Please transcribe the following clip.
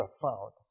profound